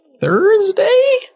thursday